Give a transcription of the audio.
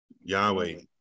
Yahweh